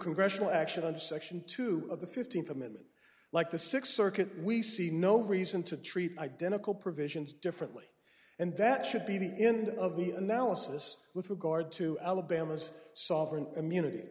congressional action under section two of the fifteenth amendment like the sixth circuit we see no reason to treat identical provisions differently and that should be the end of the analysis with regard to alabama's sovereign immunity